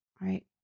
Right